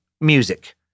music